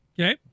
Okay